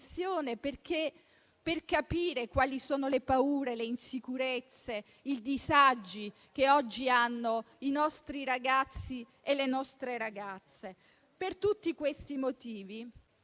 per capire quali sono le paure, le insicurezze e i disagi che oggi hanno i nostri ragazzi e le nostre ragazze. Per tutti questi motivi,